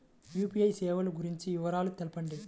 UPI సేవలు గురించి వివరాలు తెలుపండి?